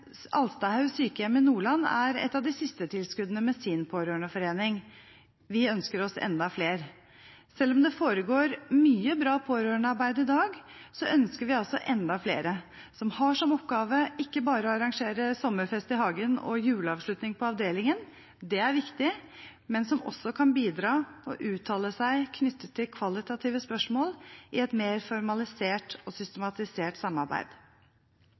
Alstadhaug sykehjem i Nordland er et av de siste tilskuddene med sin pårørendeforening. Vi ønsker oss enda flere. Selv om det foregår mye bra pårørendearbeid i dag, ønsker vi altså enda flere som har som oppgave ikke bare å arrangere sommerfest i hagen og juleavslutning på avdelingen – det er viktig – men som også kan bidra og uttale seg knyttet til kvalitative spørsmål i et mer formalisert og systematisert samarbeid.